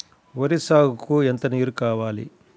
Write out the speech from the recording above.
వరి సాగుకు ఎంత నీరు కావాలి?